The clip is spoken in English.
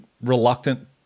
reluctant